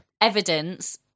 evidence